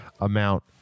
amount